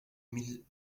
mille